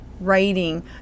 writing